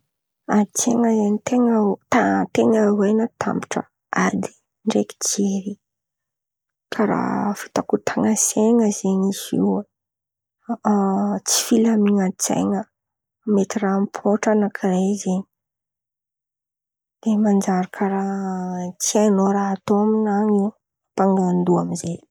Adin-tsain̈a zen̈y ten̈a mita- ten̈y aroe natambatra ady ndraiky jery, karàha fihotakotahan'ny sain̈a zen̈y izy io, tsy filamin̈an-tsain̈a. Mety raha mipôitra anakiray zen̈y de manjary karàha tsy hain̈ao raha atao amin̈any io, mangan-doha amy izay.